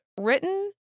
written